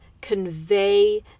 convey